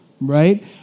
right